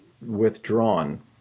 withdrawn